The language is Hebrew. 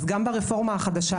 אז גם ברפורמה החדשה,